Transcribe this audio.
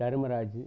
Dharmaraj